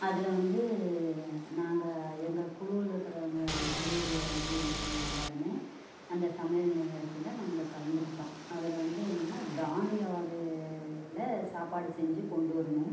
அதில் வந்து நாங்கள் எங்கள் குழுவில் இருக்கிறவுங்க மகளிர் குழுவில் இருக்கிறவுங்க எல்லாேருமே அந்த சமையல் நிகழ்ச்சியில் நாங்கள் கலந்துகிட்டோம் அதில் வந்து என்னென்னா தானிய வகையில் சாப்பாடு செஞ்சு கொண்டு வரணும்